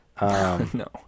No